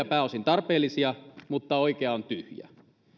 pääosin tarpeellisia mutta oikea on tyhjä